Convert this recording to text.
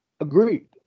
Agreed